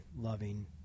loving